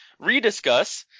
rediscuss